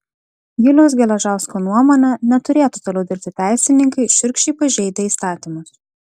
juliaus geležausko nuomone neturėtų toliau dirbti teisininkai šiurkščiai pažeidę įstatymus